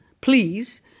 Please